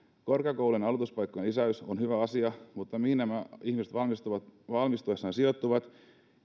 korkeakoulujen aloituspaikkojen lisäys on hyvä asia mutta mihin nämä ihmiset valmistuessaan sijoittuvat